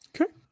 Okay